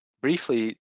briefly